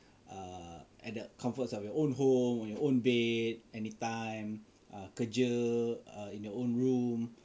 err at the comforts of your own home on your own bed anytime uh kerja err in your own room